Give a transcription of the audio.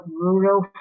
rural